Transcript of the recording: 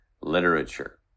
literature